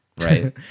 right